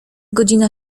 godzina